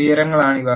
ഉയരങ്ങളാണിവ